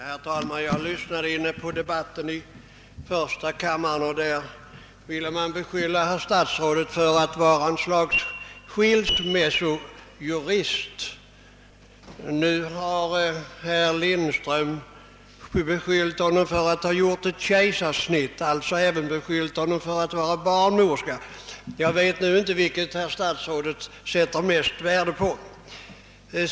Herr talman! Jag lyssnade på debatten i första kammaren, och där ville man beskylla herr statsrådet för att vara ett slags skilsmässojurist. Nu har herr Lindström tillvitat honom att ha gjort ett kejsarsnitt och alltså även vara kirurg. Jag vet inte vad statsrådet sätter mest värde på.